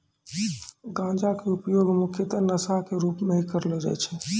गांजा के उपयोग मुख्यतः नशा के रूप में हीं करलो जाय छै